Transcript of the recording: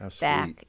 back